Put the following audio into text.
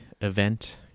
event